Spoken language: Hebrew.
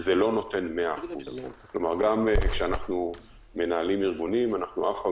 זה לא נותן 100%. גם כשאנחנו מנהלים ארגונים אנחנו אף פעם